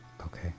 Okay